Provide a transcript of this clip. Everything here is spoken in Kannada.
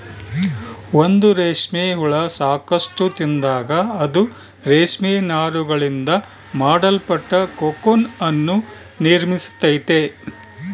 ಒಂದು ರೇಷ್ಮೆ ಹುಳ ಸಾಕಷ್ಟು ತಿಂದಾಗ, ಅದು ರೇಷ್ಮೆ ನಾರುಗಳಿಂದ ಮಾಡಲ್ಪಟ್ಟ ಕೋಕೂನ್ ಅನ್ನು ನಿರ್ಮಿಸ್ತೈತೆ